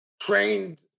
trained